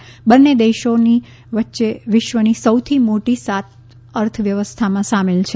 અને બંને દેશો વિશ્વની સૌથી મોટી સાત અર્થવ્યવસ્થામાં સામેલ છે